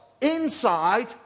inside